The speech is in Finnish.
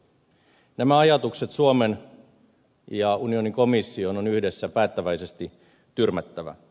nämä ajatukset suomen ja unionin komission on yhdessä päättäväisesti tyrmättävä